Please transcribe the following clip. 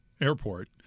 airport